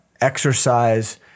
exercise